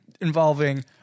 involving